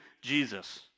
Jesus